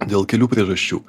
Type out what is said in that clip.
dėl kelių priežasčių